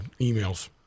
emails